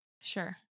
sure